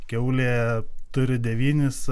kiaulė turi devynis